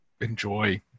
enjoy